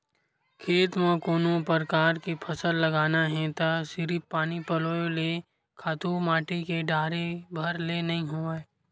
खेत म कोनो परकार के फसल लगाना हे त सिरिफ पानी पलोय ले, खातू माटी के डारे भर ले नइ होवय